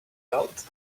out